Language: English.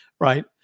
right